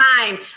time